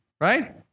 right